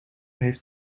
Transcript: heeft